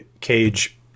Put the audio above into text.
Cage